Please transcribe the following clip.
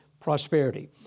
prosperity